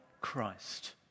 Christ